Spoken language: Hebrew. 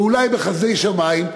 ואולי בחסדי שמים,